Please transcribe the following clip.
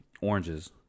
oranges